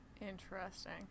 Interesting